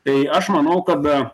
tai aš manau kad a